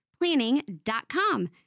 planning.com